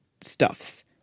stuffs